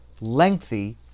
lengthy